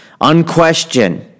unquestioned